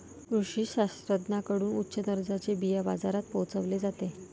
कृषी शास्त्रज्ञांकडून उच्च दर्जाचे बिया बाजारात पोहोचवले जाते